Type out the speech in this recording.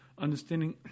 understanding